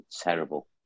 terrible